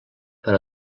per